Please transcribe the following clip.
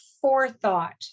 forethought